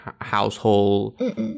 household